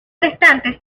restantes